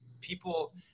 people